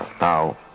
Now